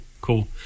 cool